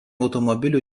automobilių